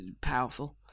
powerful